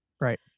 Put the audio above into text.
Right